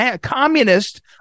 communist